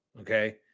Okay